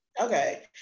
okay